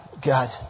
God